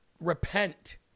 repent